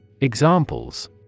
Examples